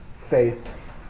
faith